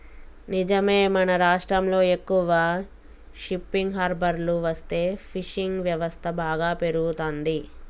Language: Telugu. నిజమే మన రాష్ట్రంలో ఎక్కువ షిప్పింగ్ హార్బర్లు వస్తే ఫిషింగ్ వ్యవస్థ బాగా పెరుగుతంది